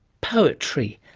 poetry,